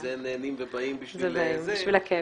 וזה הם נהנים ובאים בשביל זה --- לזה באים בשביל הכיף,